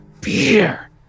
Beer